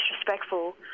disrespectful